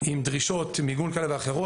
עם דרישות מיגון כאלה ואחרות.